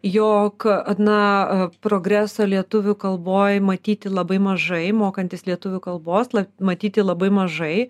jog na progreso lietuvių kalboj matyti labai mažai mokantis lietuvių kalbos matyti labai mažai